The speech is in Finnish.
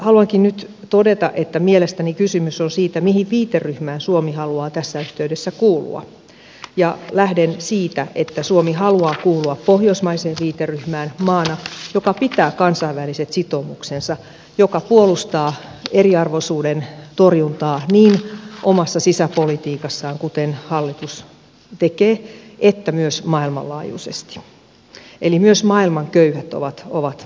haluankin nyt todeta että mielestäni kysymys on siitä mihin viiteryhmään suomi haluaa tässä yhteydessä kuulua ja lähden siitä että suomi haluaa kuulua pohjoismaiseen viiteryhmään maana joka pitää kansainväliset sitoumuksensa joka puolustaa eriarvoisuuden torjuntaa niin omassa sisäpolitiikassaan kuten hallitus tekee että myös maailmanlaajuisesti eli myös maailman köyhät ovat meidän asiamme